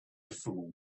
fool